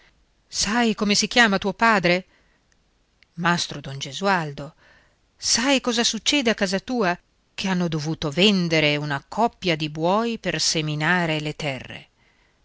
sai come si chiama tuo padre mastro don gesualdo sai cosa succede a casa tua che hanno dovuto vendere una coppia di buoi per seminare le terre